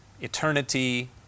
eternity